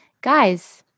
Guys